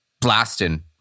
blasting